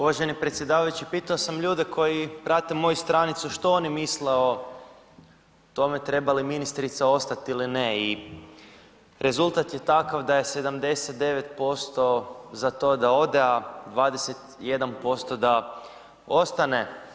Uvaženi predsjedavajući pitao sam ljude koji prate moju stranicu, što oni misle o tome treba li ministrica ostat ili ne i rezultat je takav da je 79% za to da ode, a 21% da ostane.